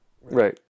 Right